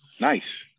Nice